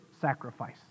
sacrifice